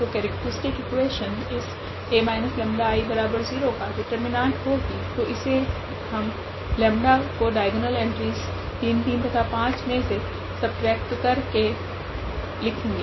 तो characteristic equation इस A 𝜆I0 का डिटर्मिनेंट होगी तो हमे इस लेम्डा 𝜆 को डाइगोनल एंट्रीस 3 3 तथा 5 मे से सबट्रेक्ट करना होग